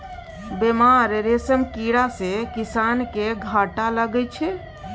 बेमार रेशम कीड़ा सँ किसान केँ घाटा लगै छै